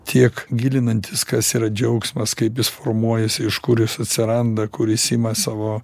tiek gilinantis kas yra džiaugsmas kaip jis formuojasi iš kur jis atsiranda kur jis ima savo